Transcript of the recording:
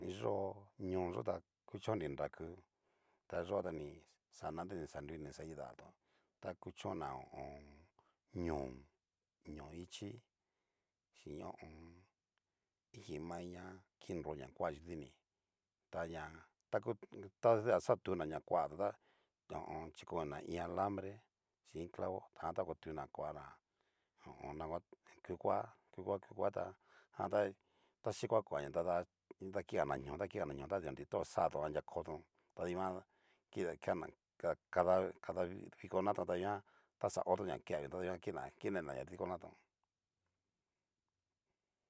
Ni yó ni ñoo yo ta kuchon'nri nraku, ta yó ta ni xana ta ni xanrui ni xa kidatón, ta kuchon'na ho o on. ñó'o, ñó'o ichí, chín ho o on. iki mai ña kinro ña koa yudini taña taku tadia xa otuna ña kuatón ta ho o on. chikonina, iin alabre xin iin clavo jan ta otuna kuana ho o on. nagua kukua kukua kukua tá jantá ta xikoa kuaña tada dakigana ñó'o dakigana ñó'o ta nri to oxatón anria kotón adiguan kina kena kada kada vikonatón danguan taxa hotón na kevitón ina kinena ña dikonatón.